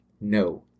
No